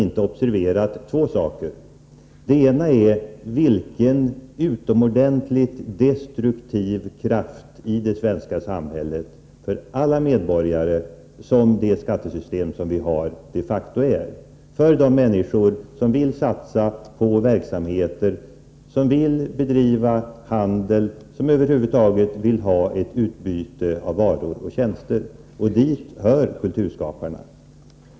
För det första har han inte observerat vilken utomordentligt destruktiv kraft som det nuvarande skattesystemet de facto är i det svenska samhället för alla medborgare, för de människor som vill satsa på verksamheter, som vill bedriva handel, som över huvud taget vill ha ett utbyte av varor och tjänster — och dit hör kulturskaparna.